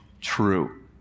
True